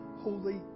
holy